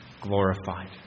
glorified